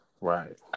right